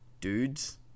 dudes